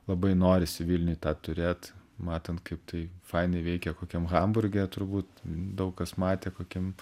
labai norisi vilniuj tą turėt matant kaip tai fainai veikia kokiam hamburge turbūt daug kas matė kokiam